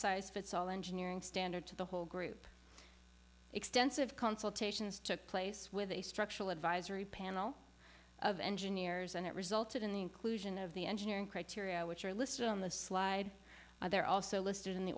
size fits all engineering standard to the whole group extensive consultations took place with a structural advisory panel of engineers and it resulted in the inclusion of the engineering criteria which are listed on the slide there are also listed in the